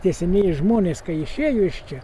tie senieji žmonės kai išėjo iš čia